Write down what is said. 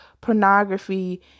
pornography